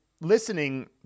listening